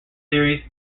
series